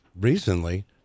recently